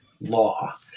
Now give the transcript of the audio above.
law